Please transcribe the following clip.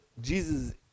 Jesus